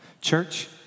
Church